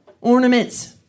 ornaments